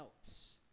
else